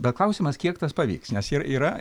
bet klausimas kiek tas pavyks nes ir yra